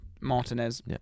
Martinez